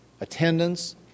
attendance